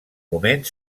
moment